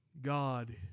God